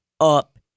up